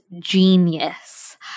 genius